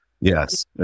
Yes